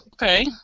Okay